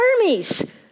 armies